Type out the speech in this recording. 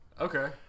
Okay